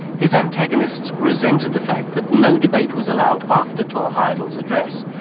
his antagonists resented the fact that no debate was allowed after thor heyerdahl's address.